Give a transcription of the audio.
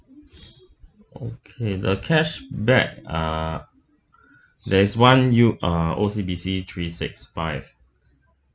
okay the cashback uh there's one U uh O_C_B_C three six five